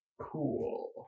Cool